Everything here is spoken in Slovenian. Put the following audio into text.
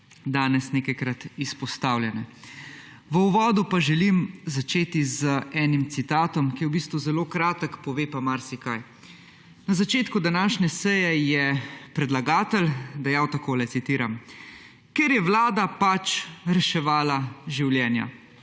danes nekajkrat izpostavljene. V uvodu pa želim začeti z enim citatom, ki je v bistvu zelo kratek, pove pa marsikaj. Na začetku današnje seje je predlagatelj dejal takole, citiram, »ker je Vlada pač reševala življenja«.